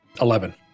Eleven